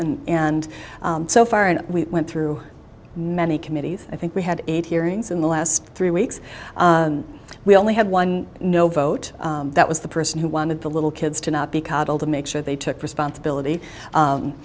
and and so far and we went through many committees i think we had eight hearings in the last three weeks we only had one no vote that was the person who wanted the little kids to not be coddled to make sure they took responsibility